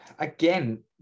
Again